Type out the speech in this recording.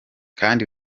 kandi